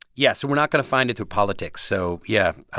yeah, so we're not going to find it through politics. so, yeah,